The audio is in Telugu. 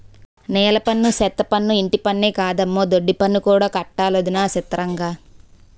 నీలపన్ను, సెత్తపన్ను, ఇంటిపన్నే కాదమ్మో దొడ్డిపన్ను కూడా కట్టాలటొదినా సిత్రంగా